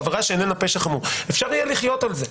עבירה שאיננה פשע חמור אפשר יהיה לחיות עם זה.